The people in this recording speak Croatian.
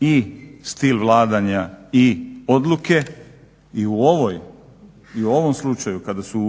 i stil vladanja i odluke i u ovom slučaju kada su